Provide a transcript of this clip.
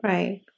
Right